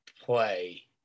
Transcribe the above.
play